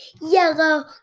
yellow